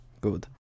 Good